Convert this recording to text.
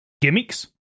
gimmicks